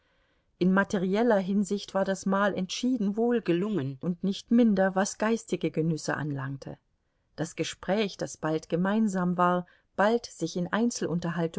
in materieller hinsicht war das mahl entschieden wohlgelungen und nicht minder was geistige genüsse anlangte das gespräch das bald gemeinsam war bald sich in